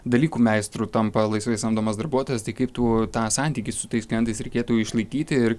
dalykų meistru tampa laisvai samdomas darbuotojas tai kaip tų tą santykį su tais klientais reikėtų išlaikyti ir